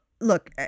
look